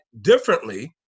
differently